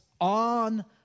on